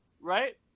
right